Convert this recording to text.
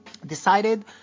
Decided